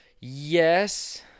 Yes